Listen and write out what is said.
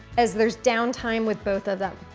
as there's downtime with both of them.